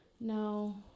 no